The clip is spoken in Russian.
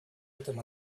этом